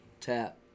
Tap